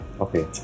Okay